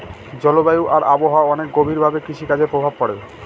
জলবায়ু আর আবহাওয়া অনেক গভীর ভাবে কৃষিকাজে প্রভাব করে